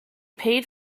paid